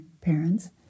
parents